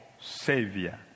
Savior